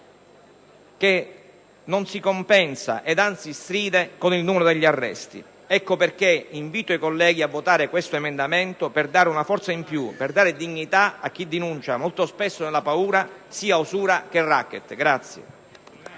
che non si compensa ed anzi stride con il numero degli arresti. Ecco perché invito i colleghi a votare questo emendamento per dare una forza in più, per dare dignità a chi denuncia, molto spesso nella paura, sia usura che racket.